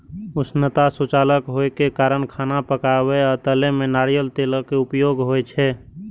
उष्णता सुचालक होइ के कारण खाना पकाबै आ तलै मे नारियल तेलक उपयोग होइ छै